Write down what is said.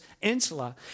insula